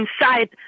inside